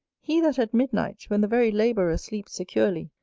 he that at midnight, when the very labourer sleeps securely,